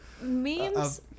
memes